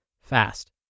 fast